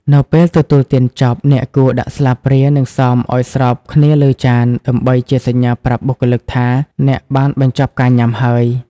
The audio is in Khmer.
នៅពេលទទួលទានចប់ អ្នកគួរដាក់ស្លាបព្រា និងសមឱ្យស្របគ្នាលើចាន ដើម្បីជាសញ្ញាប្រាប់បុគ្គលិកថាអ្នកបានបញ្ចប់ការញ៉ាំហើយ។